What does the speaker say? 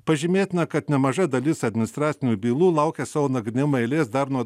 pažymėtina kad nemaža dalis administracinių bylų laukia savo nagrinėjimo eilės dar nuo